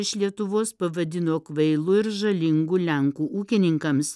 iš lietuvos pavadino kvailu ir žalingu lenkų ūkininkams